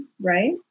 right